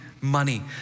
money